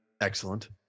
Excellent